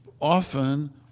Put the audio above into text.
Often